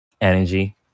energy